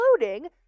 including